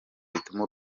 bituma